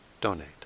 donate